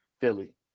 Philly